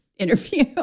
interview